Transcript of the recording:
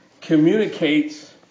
communicates